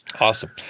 Awesome